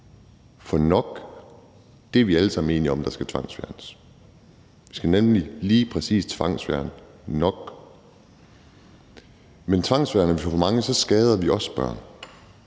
For vi er alle sammen enige om, at der skal tvangsfjernes nok. Der skal nemlig lige præcis tvangsfjernes nok, men tvangsfjerner vi for mange, skader vi også børn,